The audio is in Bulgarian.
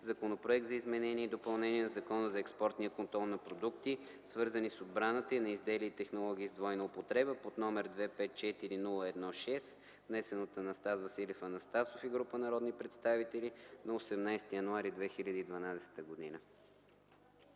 Законопроект за изменение и допълнение на Закона за експортния контрол на продукти, свързани с отбраната, и на изделия и технологии с двойна употреба, № 254-01-6, внесен от Анастас Василев Анастасов и група народни представители на 18 януари 2012 г.”